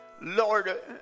Lord